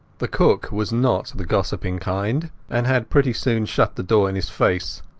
the cook was not the gossiping kind, and had pretty soon shut the door in his face,